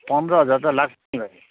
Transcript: पन्ध्र हजार त लाग्छ नि भाइ